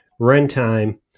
runtime